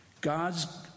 God's